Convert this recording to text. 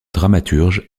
dramaturge